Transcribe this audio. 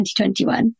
2021